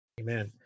Amen